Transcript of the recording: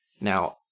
Now